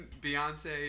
Beyonce